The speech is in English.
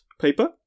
paper